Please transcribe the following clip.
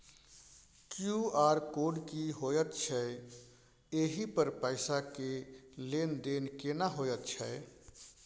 QR code की होयत छै एहि पर पैसा के लेन देन केना होयत छै?